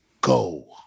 Go